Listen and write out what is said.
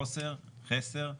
חסר,